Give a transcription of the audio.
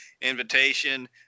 invitation